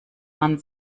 man